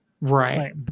Right